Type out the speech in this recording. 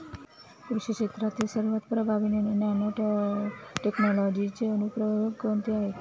कृषी क्षेत्रातील सर्वात प्रभावी नॅनोटेक्नॉलॉजीचे अनुप्रयोग कोणते आहेत?